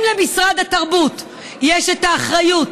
אם למשרד התרבות יש אחריות